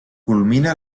culmina